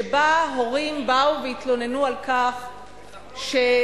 שבה הורים באו והתלוננו על כך שבעיריות